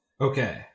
okay